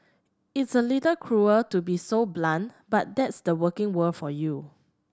it's a little cruel to be so blunt but that's the working world for you